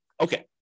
Okay